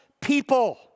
people